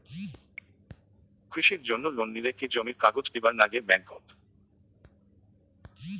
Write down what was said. কৃষির জন্যে লোন নিলে কি জমির কাগজ দিবার নাগে ব্যাংক ওত?